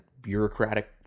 bureaucratic